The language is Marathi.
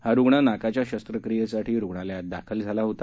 हा रुग्ण नाकाच्या शस्त्रक्रियेसाठी रुग्णालयात दाखल झाला होता